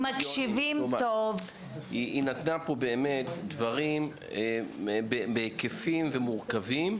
היא נתנה פה באמת דברים בהיקפים, ומורכבים.